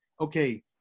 okay